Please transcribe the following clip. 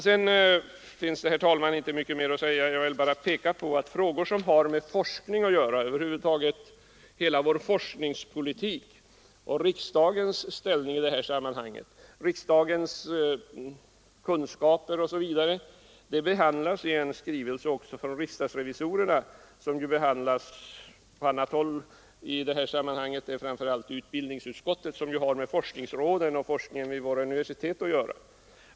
Sedan finns, herr talman, inte mycket mer att säga. Jag vill bara peka på att hela problematiken kring vår forskningspolitik, riksdagens ställning i detta sammanhang, riksdagsledamöternas kunskaper o. s. v. också har tagits upp i en skrivelse från riksdagsrevisorerna. De frågorna behandlas emellertid på annat håll än i näringsutskottet; det är framför allt utbildningsutskottet som har med forskningsråden och forskningen vid våra universitet att göra.